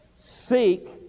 seek